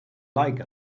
like